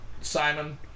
Simon